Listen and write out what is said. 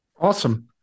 Awesome